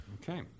Okay